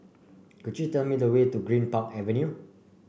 could you tell me the way to Greenpark Avenue